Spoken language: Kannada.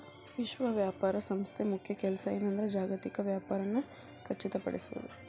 ವಿಶ್ವ ವ್ಯಾಪಾರ ಸಂಸ್ಥೆ ಮುಖ್ಯ ಕೆಲ್ಸ ಏನಂದ್ರ ಜಾಗತಿಕ ವ್ಯಾಪಾರನ ಖಚಿತಪಡಿಸೋದ್